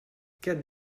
get